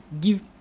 give